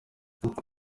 kujya